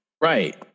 right